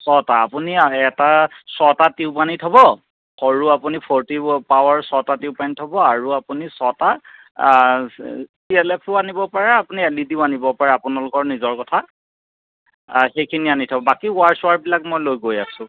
ছটা আপুনি এটা ছটা টিউব আনি থ'ব সৰু আপুনি ফ'ৰ্টি পাৱাৰ আনি থ'ব আৰু আপুনি ছটা চি এল এফো আনিব পাৰে বা আপুনি এল ই ডিও আনিব পাৰে আপোনালোকৰ নিজৰ কথা সেইখিনি আনি থ'ব বাকী ওৱাৰ চোৱাৰবিলাক মই লৈ গৈ আছোঁ